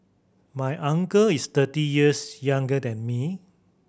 my uncle is thirty years younger than me